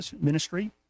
ministry